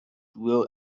will